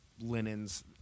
linens